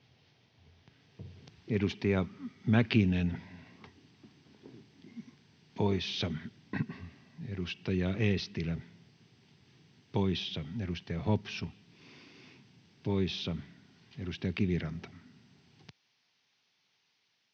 Edustaja Mäkinen poissa, edustaja Eestilä poissa, edustaja Hopsu poissa. — Edustaja Kiviranta.